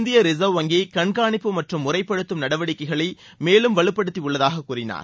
இந்திய ரிசர்வ் வங்கி கண்காணிப்பு மற்றும் முறைப்படுத்தும் நடவடிக்கைகளை மேலும் வலுப்படுத்தியுள்ளதாகக் கூறினார்